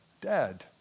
dead